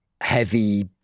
heavy